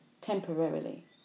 temporarily